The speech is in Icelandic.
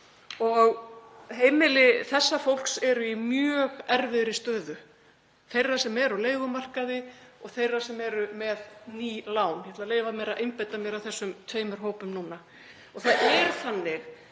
Heimili þessa fólks eru í mjög erfiðri stöðu, þeirra sem eru á leigumarkaði og þeirra sem eru með ný lán. Ég ætla að leyfa mér að einbeita mér að þessum tveimur hópum núna. Það er þannig